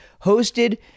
hosted